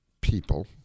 people